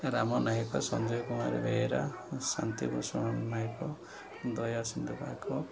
Ram Nayak Sanjay Kumar Behera Shanti Bhushan Nayak Dayasindhu Nayak